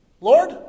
Lord